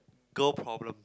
girl problem